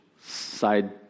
side